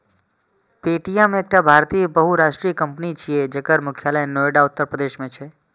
Paytm एकटा भारतीय बहुराष्ट्रीय कंपनी छियै, जकर मुख्यालय नोएडा, उत्तर प्रदेश मे छै